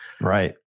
right